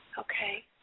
Okay